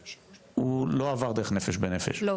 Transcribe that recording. הוא לא עבר דרך 'נפש בנפש' --- לא.